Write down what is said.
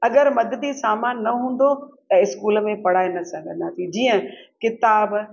अगरि मददी सामान न हूंदो त स्कूल में पढ़ाए न सघंदासीं जीअं किताब